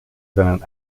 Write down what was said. seinen